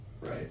right